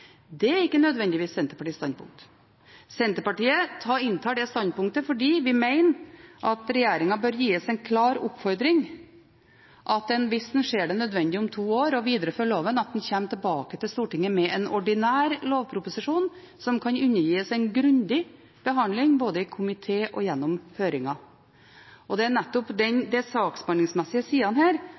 Det er ikke nødvendigvis Senterpartiets standpunkt. Senterpartiet inntar det standpunktet fordi vi mener at regjeringen bør gis en klar oppfordring om at hvis en om to år ser det nødvendig å videreføre loven, kommer en tilbake til Stortinget med en ordinær lovproposisjon, som kan undergå en grundig behandling, både i komité og gjennom høringer. Det er nettopp de saksbehandlingsmessige sidene her